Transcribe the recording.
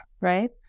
right